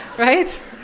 right